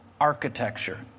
Architecture